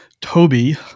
Toby